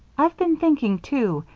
i've been thinking, too,